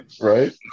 Right